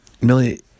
Millie